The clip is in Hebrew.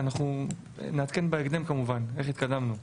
ואנחנו נעדכן בהקדם כמובן איך התקדמנו.